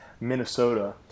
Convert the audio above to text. Minnesota